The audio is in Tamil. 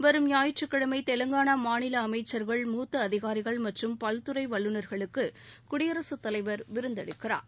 வரும் ஞாயிற்றுக்கிழமை தெலங்கானா மாநில அமைச்சர்கள் மூத்த அதிகாரிகள் மற்றும் பல்துறை வல்லுநர்களுக்கு குடியரசு தலைவர் விருந்தளிக்கிறார்